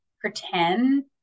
pretend